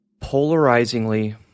polarizingly